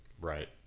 Right